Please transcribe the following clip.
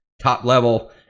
top-level